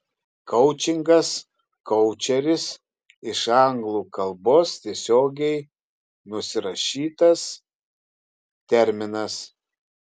koučingas koučeris iš anglų kalbos tiesiogiai nusirašytas terminas